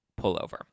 pullover